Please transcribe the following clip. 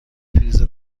پریز